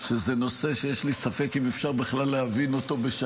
התשפ"ג 2023, לקריאה